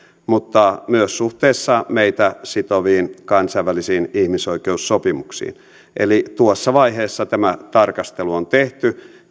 mutta myös suhteessa meitä sitoviin kansainvälisiin ihmisoikeussopimuksiin eli tuossa vaiheessa tämä tarkastelu on tehty